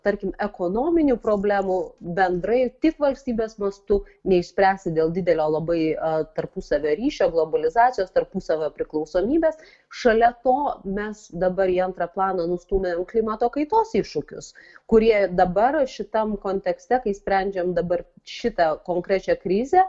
tarkim ekonominių problemų bendrai tik valstybės mastu neišspręs dėl didelio labai tarpusavio ryšio globalizacijos tarpusavio priklausomybės šalia to mes dabar į antrą planą nustūmėm klimato kaitos iššūkius kurie dabar šitam kontekste kai sprendžiam dabar šitą konkrečią krizę